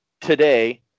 today